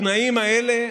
בתנאים האלה,